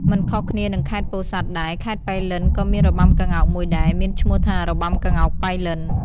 មិនខុសគ្នានឹងខេត្តពោធិ៍សាត់ដែរ ខេត្តប៉ៃលិនក៏មានរបាំក្ងោកមួយដែរ មានឈ្មោះថារបាំក្ងោកប៉ៃលិន។